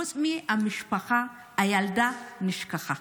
חוץ מהמשפחה, הילדה נשכחה.